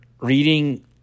reading